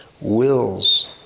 wills